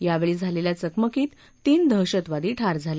यावेळी झालेल्या चकमकीत तीन दहशतवादी ठार झाले